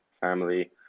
family